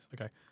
okay